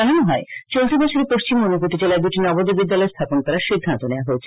জানানো হয় চলতি বছরে পশিম ও ঊনকোটি জেলায় দু টি নবোদয় বিদ্যালয় স্হাপন করার সিদ্ধান্ত নেওয়া হয়েছে